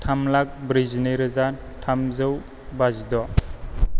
थाम लाख ब्रैजिनै रोजा थामजौ बाजिद'